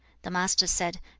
the master said,